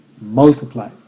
multiply